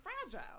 fragile